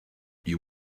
you